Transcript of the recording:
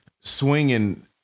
swinging